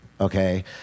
Okay